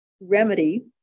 remedy